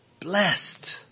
blessed